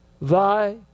thy